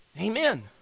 Amen